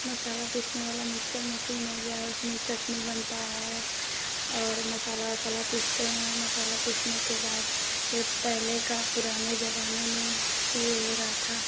मसाला पीसने वाली mixer machine हो गई उसमें चटनी बनती है और मसाला वसाला पीसते हैं मसाला पीसने के बाद यह पहले के पुराने ज़माने में यह हो रहा था